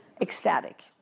ecstatic